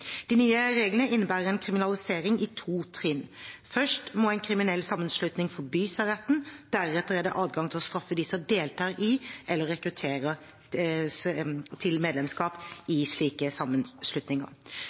De nye reglene innebærer en kriminalisering i to trinn. Først må en kriminell sammenslutning forbys av retten. Deretter er det adgang til å straffe dem som deltar i eller rekrutterer til medlemskap